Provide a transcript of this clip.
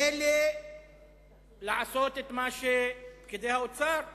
מילא לעשות את מה שפקידי האוצר רוצים,